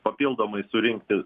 papildomai surinkti